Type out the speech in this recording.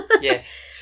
Yes